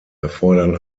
erfordern